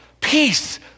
peace